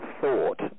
thought